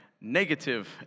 negative